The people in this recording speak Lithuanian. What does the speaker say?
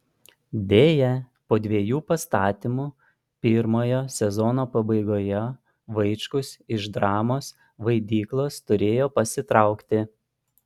deja po dviejų pastatymų pirmojo sezono pabaigoje vaičkus iš dramos vaidyklos turėjo pasitraukti